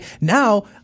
now